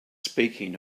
speaking